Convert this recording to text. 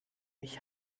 mich